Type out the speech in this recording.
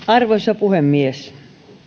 arvoisa puhemies